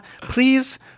please